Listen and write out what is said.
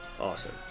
Awesome